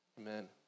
Amen